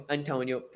Antonio